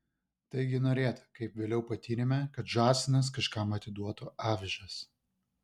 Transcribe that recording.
taigi norėta kaip vėliau patyrėme kad žąsinas kažkam atiduotų avižas